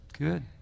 Good